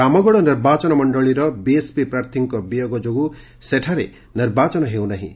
ରାମଗଡ଼ ନିର୍ବାଚନ ମଣ୍ଡଳିର ବିଏସ୍ପି ପ୍ରାର୍ଥୀଙ୍କ ବିୟୋଗ ଯୋଗୁଁ ସେଠାରେ ନିର୍ବାଚନ ହେଉ ନାହିଁ